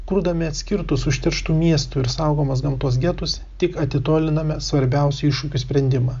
kurdami atskirtus užterštų miestų ir saugomos gamtos getus tik atitoliname svarbiausių iššūkių sprendimą